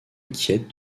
inquiète